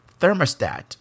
thermostat